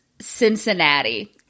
Cincinnati